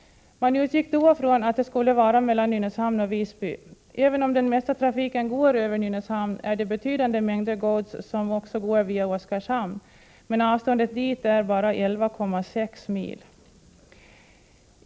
Man utgick då från att det skulle vara mellan Nynäshamn och Visby. Även om den mesta trafiken går över Nynäshamn är det betydande mängder gods som går via Oskarshamn. Men avståndet dit är bara 11,6 mil.